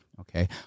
okay